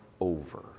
over